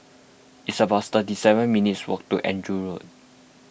it's about thirty seven minutes' walk to Andrew Road